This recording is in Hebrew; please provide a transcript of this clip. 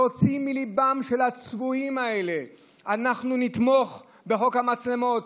להוציא מליבם של הצבועים האלה אנחנו נתמוך בחוק המצלמות,